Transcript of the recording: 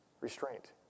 Restraint